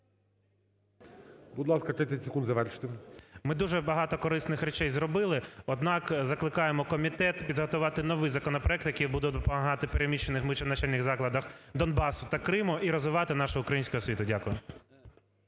Будь ласка, 30 секунд, завершуйте. РЯБЧИН О.М. Ми дуже багато корисних речей зробили. Однак, закликаємо комітет підготувати новий законопроект, який буде допомагати переміщеним вищим навчальним закладам Донбасу та Криму і розвивати нашу українську освіту. Дякую.